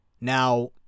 Now